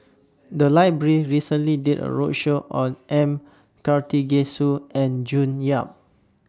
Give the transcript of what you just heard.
The Library recently did A roadshow on M Karthigesu and June Yap